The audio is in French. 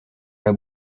dans